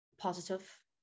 positive